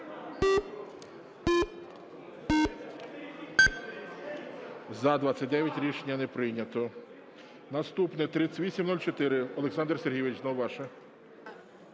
За-29 Рішення не прийнято. Наступне. Олександре Сергійовичу, знову ваша.